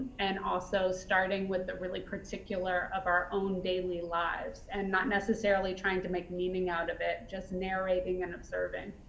and also starting with the really particular of our own daily lives, and not necessarily trying to make meaning out of it, just narrating and observing.